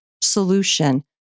solution